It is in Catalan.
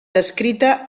descrita